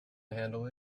handle